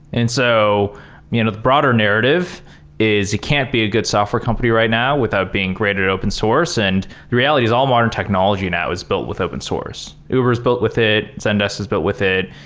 and so you know the broader narrative is it can't be a good software company right now without being graded open source, and the reality is all modern technology now is built with open source. uber is built with it. zendesk is built with it.